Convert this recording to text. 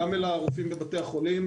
גם לרופאים בבתי החולים,